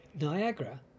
Niagara